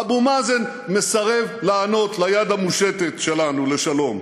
אבו מאזן מסרב להיענות ליד המושטת שלנו לשלום.